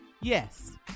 Yes